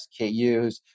SKUs